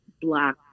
black